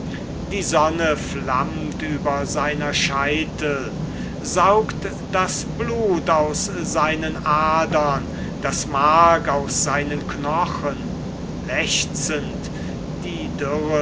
die sonne flammt über seinem scheitel saugt das blut aus seinen adern das mark aus seinen knochen lechzend die dürre